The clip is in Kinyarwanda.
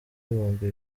ibihumbi